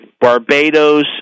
Barbados